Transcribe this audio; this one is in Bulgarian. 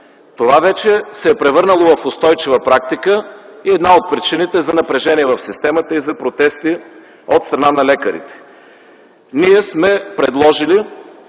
Това вече се е превърнало в устойчива практика и е една от причините за напрежение в системата и за протести от страна на лекарите. Ние сме предложили